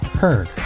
heard